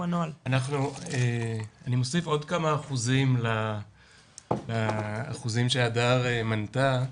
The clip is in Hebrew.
אני מוסיף עוד כמה אחוזים לאחוזים שהדר מנתה.